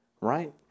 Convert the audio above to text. right